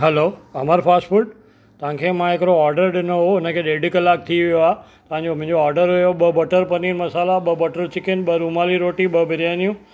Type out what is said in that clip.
hello Amar fast food तव्हांखे मां हिकिड़ो ऑडर ॾिनो हुओ हुन खे ॾेढु कलाकु थी वियो आहे तव्हांजो मुंहिंजो ऑडर हुओ ॿ बटर पनीर मसाला ॿ बटर चिकन ॿ रुमाली रोटी ॿ बिरियानियूं